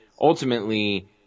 ultimately